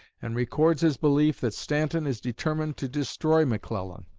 and records his belief that stanton is determined to destroy mcclellan.